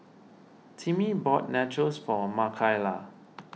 Timmy bought Nachos for Makayla